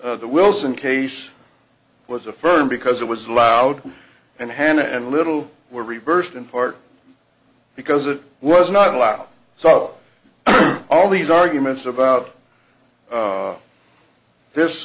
the wilson case was affirmed because it was loud and hannah and little were reversed in part because it was not allowed so all these arguments about this